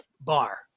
bar